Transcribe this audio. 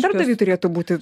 darbdaviui turėtų būti